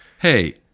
Hey